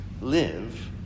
Live